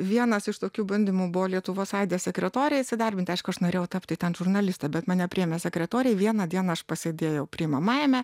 vienas iš tokių bandymų buvo lietuvos aide sekretore įsidarbinti aišku aš norėjau tapti ten žurnaliste bet mane priėmė sekretore vieną dieną aš pasėdėjau priimamajame